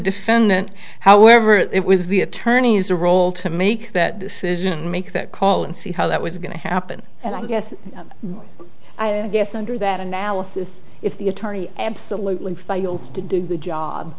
defendant however it was the attorneys a role to make that decision make that call and see how that was going to happen and i guess i guess under that analysis if the attorney absolutely failed to do the job